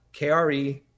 KRE